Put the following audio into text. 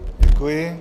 Děkuji.